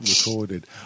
recorded